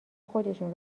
خودشون